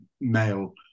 male